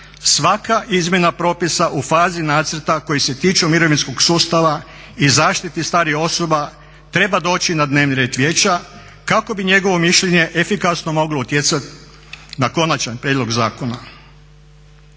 svaka izmjena propisa u fazi nacrta koji se tiču mirovinskog sustava i zaštiti starijih osoba treba doći na dnevni red vijeća kako bi njegovo mišljenje efikasno moglo utjecat na konačan prijedlog zakona.